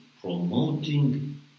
promoting